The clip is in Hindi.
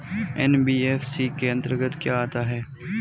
एन.बी.एफ.सी के अंतर्गत क्या आता है?